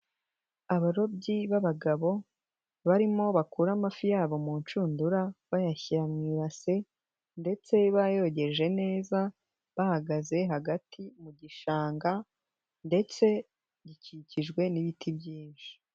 Abarobyi b'abagabo barimo bakura amafi yabo mu nshundura bayashyira mu ibase, ndetse bayogeje neza bahagaze hagati mu gishanga ndetse gikikijwe n'ibiti byinshi.